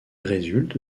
résulte